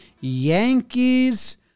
Yankees